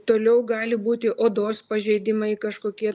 toliau gali būti odos pažeidimai kažkokie